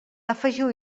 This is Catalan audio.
afegiu